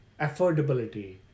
affordability